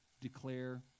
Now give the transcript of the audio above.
declare